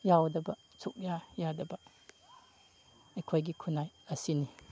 ꯌꯥꯎꯗꯕ ꯁꯨꯛꯌꯥ ꯌꯥꯗꯕ ꯑꯩꯈꯣꯏꯒꯤ ꯈꯨꯟꯅꯥꯏ ꯑꯁꯤꯅꯤ